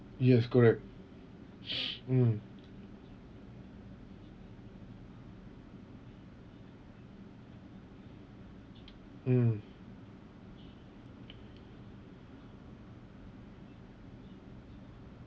yes correct mm mm